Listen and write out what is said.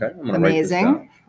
Amazing